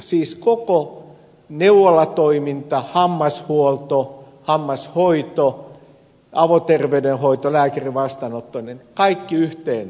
siis koko neuvolatoiminta hammashuolto hammashoito avoterveydenhoito lääkärinvastaanotto kaikki viedään yhteen paikkaan